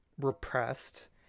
repressed